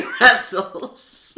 wrestles